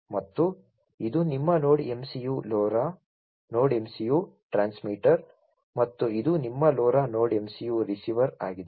ಮತ್ತು ಇದು ನಿಮ್ಮ node MCU LoRa node MCU transmitter ಮತ್ತು ಇದು ನಿಮ್ಮ LoRa ನೋಡ್ MCU ರಿಸೀವರ್ ಆಗಿದೆ